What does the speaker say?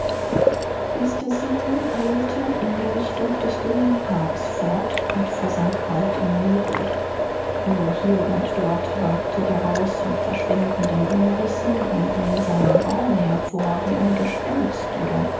mr zenon eilte in der richtung des greenparks fort und versank bald im nebel nur hier und dort ragte daraus in verschwindenden umrissen ein einsamer baum hervor wie ein gespenst oder